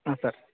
ಹಾಂ ಸರ್